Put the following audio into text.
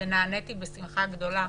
ונעניתי בשמחה גדולה